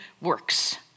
works